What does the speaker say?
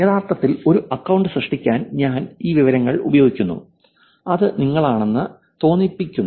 യഥാർത്ഥത്തിൽ ഒരു അക്കൌണ്ട് സൃഷ്ടിക്കാൻ ഞാൻ ഈ വിവരങ്ങൾ ഉപയോഗിക്കുന്നു അത് നിങ്ങളാണെന്ന് തോന്നിപിക്കുന്നു